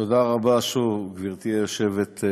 תודה רבה שוב, גברתי היושבת-ראש.